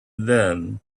then